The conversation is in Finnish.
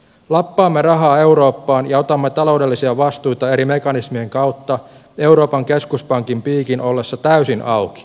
lappaamme rahaa eurooppaan ja otamme taloudellisia vastuita eri mekanismien kautta euroopan keskuspankin piikin ollessa täysin auki